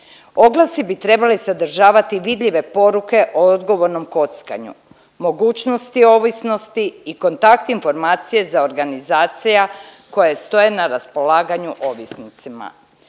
Oglasi bi trebali sadržavati vidljive poruke o odgovornom kockanju, mogućnosti ovisnosti i kontakt informacije za organizacije koje stoje na raspolaganju ovisnicima.